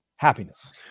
Happiness